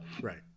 right